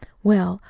well,